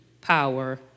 power